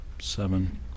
seven